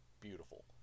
beautiful